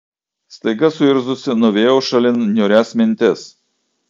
staiga suirzusi nuvijau šalin niūrias mintis